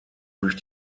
durch